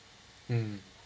mm